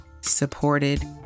supported